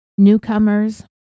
newcomers